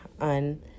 on